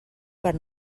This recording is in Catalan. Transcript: per